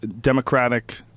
democratic